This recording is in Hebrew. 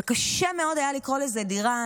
וקשה מאוד היה לקרוא לזה דירה.